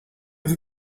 ever